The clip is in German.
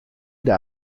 der